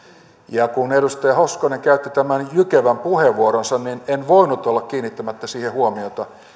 ja kun edustaja hoskonen käytti tämän jykevän puheenvuoronsa niin en voinut olla kiinnittämättä siihen huomiota